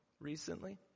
recently